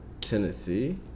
Tennessee